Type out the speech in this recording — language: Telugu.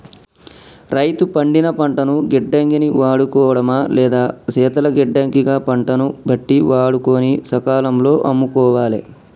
రైతు పండిన పంటను గిడ్డంగి ని వాడుకోడమా లేదా శీతల గిడ్డంగి గ పంటను బట్టి వాడుకొని సకాలం లో అమ్ముకోవాలె